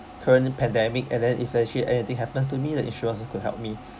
current pandemic and then if actually anything happens to me the insurance could help me